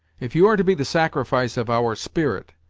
if you are to be the sacrifice of our spirit,